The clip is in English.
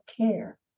care